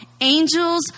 angels